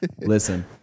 Listen